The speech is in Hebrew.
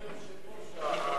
אדוני היושב-ראש,